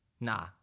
Nah